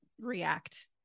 react